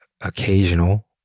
occasional